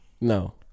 No